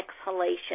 exhalation